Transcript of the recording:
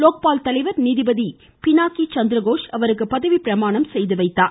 லோக்பால் தலைவர் நீதிபதி பினாகி சந்திரகோஷ் அவர்களுக்கு பதவி பிரமாணம் செய்து வைத்தார்